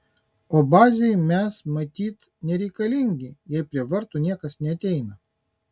o bazei mes matyt nereikalingi jei prie vartų niekas neateina